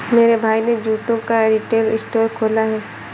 मेरे भाई ने जूतों का रिटेल स्टोर खोला है